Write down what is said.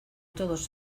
todos